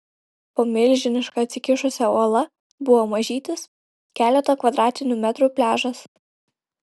po milžiniška atsikišusia uola buvo mažytis keleto kvadratinių metrų pliažas